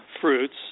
fruits